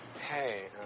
Hey